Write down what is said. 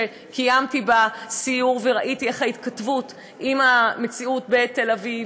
שקיימתי בה סיור וראיתי את ההתכתבות עם המציאות בתל-אביב,